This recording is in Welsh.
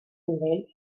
ynddynt